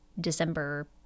December